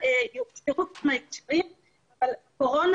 אז אני אספר לכם על חוויה